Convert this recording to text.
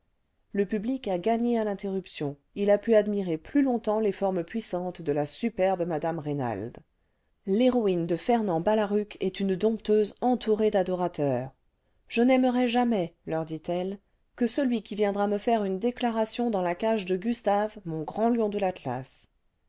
le public a gagné à l'interruption il a pu admirer plus longtemps les formes puissantes de la superbe m reynald l'héroïne de fernand balaruc est une dompteuse entourée d'adorateurs je n'aimerai jamais leur dit-elle que celui qui viendra me faire une déclaration dans la cage de gustave mon grand lion de